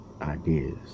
ideas